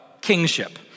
kingship